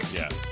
yes